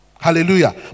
Hallelujah